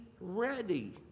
ready